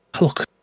look